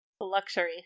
Luxury